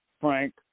Frank